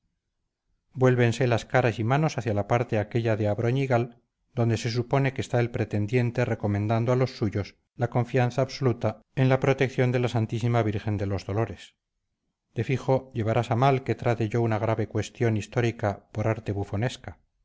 vuélvense las caras y manos hacia la parte aquella de abroñigal donde se supone que está el pretendiente recomendando a los suyos la confianza absoluta en la protección de la santísima virgen de los dolores de fijo llevarás a mal que trate yo una grave cuestión histórica por arte bufonesca